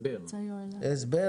השינוי